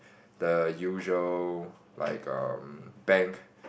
the usual like um bank